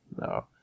no